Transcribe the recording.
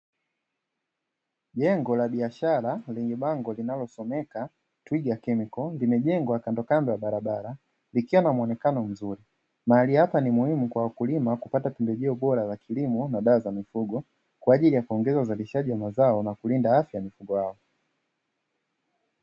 Jengo la biashara lenye bango linalosomeka ¨twiga chemical¨ limejengwa kandokando ya barabara likiwa na muonekano mzuri, mahali hapa ni muhimu kwa wakulima kupata pembejeo bora za kilimo na dawa za mifugo kwa ajili ya kuongeza uzalishaji wa mazao na kulinda afya ya mifugo yao.